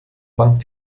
bank